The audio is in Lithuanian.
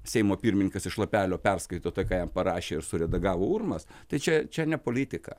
seimo pirmininkas iš lapelio perskaito tai ką jam parašė ir suredagavo urmas tai čia čia ne politika